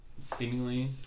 seemingly